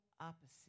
opposite